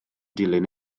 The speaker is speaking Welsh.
dilyn